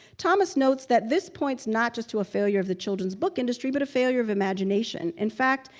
thomas notes that this points not just to a failure of the children's book industry but a failure of imagination. in fact,